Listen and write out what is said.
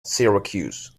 syracuse